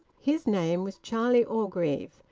his name was charlie orgreave,